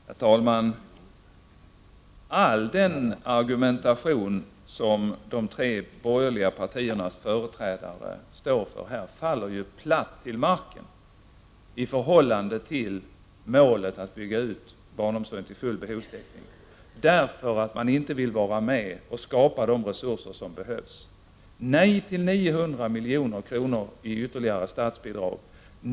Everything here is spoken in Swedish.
Herr talman! All den argumentation som de tre borgerliga partiernas företrädare här framför faller platt till marken i förhållande till målet att bygga ut barnomsorgen till full behovstäckning. Man vill ju inte vara med och skapa de resurser som behövs. Vad det är fråga om är alltså följande. Nej till 900 milj.kr. i ytterligare statsbidrag.